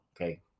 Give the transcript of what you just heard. okay